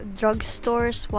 drugstores